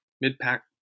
mid-pack